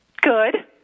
Good